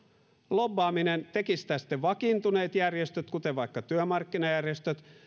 lobbaaminen tekivät sitä sitten vakiintuneet järjestöt kuten vaikka työmarkkinajärjestöt tai